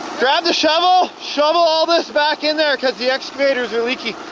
grab the shovel, shovel all this back in there cause the excavators are leaky.